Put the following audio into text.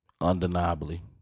Undeniably